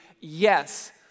yes